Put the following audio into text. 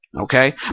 Okay